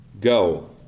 Go